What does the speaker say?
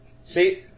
See